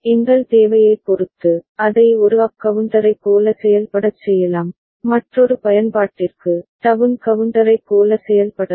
எங்கள் தேவையைப் பொறுத்து அதை ஒரு அப் கவுண்டரைப் போல செயல்படச் செய்யலாம் மற்றொரு பயன்பாட்டிற்கு டவுன் கவுண்டரைப் போல செயல்படலாம்